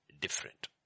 different